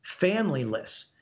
familyless